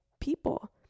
people